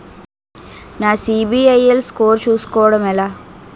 నా CIBIL score చుస్కోవడం ఎలా?